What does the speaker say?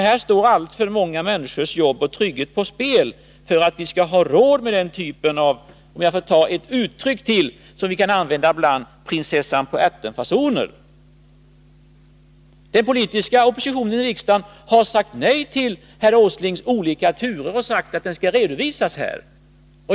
Här står alltför många människors jobb och trygghet på spel för att vi skall ha råd med den typen av — om jag får begagna ett uttryck som vi ibland använder — prinsessan-på-ärten-fasoner. Den politiska oppositionen i riksdagen har sagt nej till herr Åslings olika turer och sagt att dessa skall redovisas här.